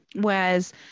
whereas